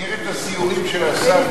במסגרת הסיורים של שר החינוך,